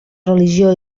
religió